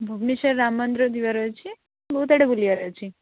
ଭୁବନେଶ୍ୱର ରାମ ମନ୍ଦିର ଯିବାର ଅଛି ବହୁତ ଆଡ଼େ ବୁଲିବାର ଅଛି